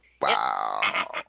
Wow